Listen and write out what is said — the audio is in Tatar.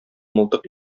мылтык